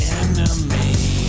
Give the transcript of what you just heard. enemy